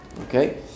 Okay